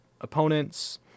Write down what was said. opponents